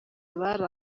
abari